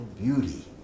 beauty